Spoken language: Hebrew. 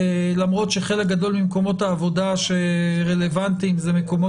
למרות שחלק גדול ממקומות העבודה שרלבנטיים זה מקומות